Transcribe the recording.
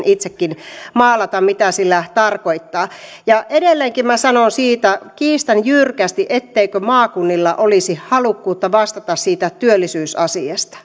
itsekin maalata mitä sillä tarkoittaa edelleenkin minä kiistän jyrkästi etteikö maakunnilla olisi halukkuutta vastata siitä työllisyysasiasta